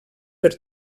per